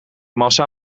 massa